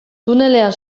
tunelean